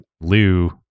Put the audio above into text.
Lou